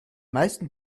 meisten